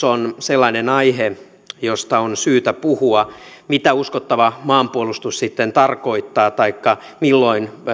on sellainen aihe josta on syytä puhua mitä uskottava maanpuolustus sitten tarkoittaa taikka milloin